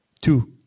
Two